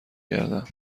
کردم